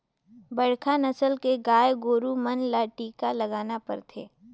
बड़खा नसल के गाय गोरु मन ल टीका लगाना परथे